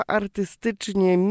artystycznie